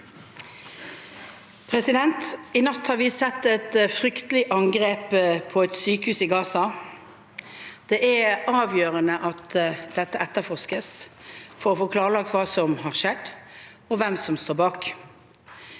I natt har vi sett et fryk- telig angrep på et sykehus i Gaza. Det er avgjørende at dette etterforskes for å få klarlagt hva som har skjedd, og hvem som står bak.